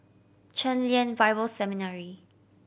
Chen Lien Bible Seminary